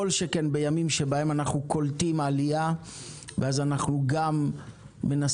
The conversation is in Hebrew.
כל שכן בימים שבהם אנחנו קולטים עלייה ואז אנחנו גם מנסים